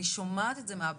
אני שומעת את זה מהבית.